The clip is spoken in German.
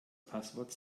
passwort